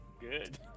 Good